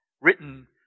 written